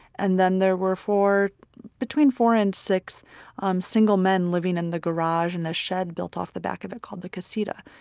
and then there were between four and six um single men living in the garage and the shed built off the back of it called the casita.